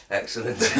excellent